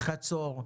חצור,